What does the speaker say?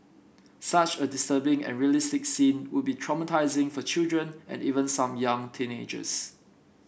such a disturbing and realistic scene would be traumatising for children and even some young teenagers